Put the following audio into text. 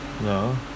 no